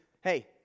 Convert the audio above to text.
hey